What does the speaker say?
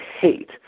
hate